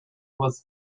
was